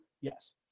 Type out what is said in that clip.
Yes